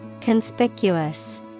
Conspicuous